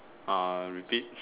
uh repeat